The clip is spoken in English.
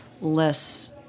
less